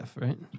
right